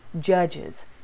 Judges